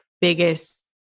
biggest